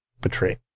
betray